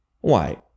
Why